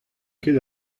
ket